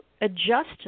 adjust